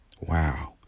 Wow